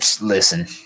listen